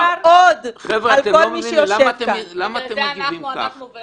חבר'ה, אתם לא מבינים, למה אתם מגיבים כך?